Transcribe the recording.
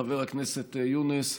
חבר הכנסת יונס,